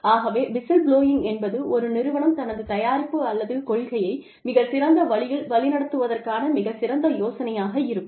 ஆகவே விசில்புளோயிங் என்பது ஒரு நிறுவனம் தனது தயாரிப்பு அல்லது கொள்கையை மிகச் சிறந்த வழியில் வழிநடத்துவதற்கான மிகச் சிறந்த யோசனையாக இருக்கும்